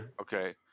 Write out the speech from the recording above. Okay